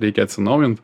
reikia atsinaujint